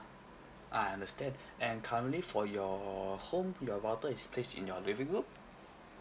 I understand and currently for your home your router is placed in your living room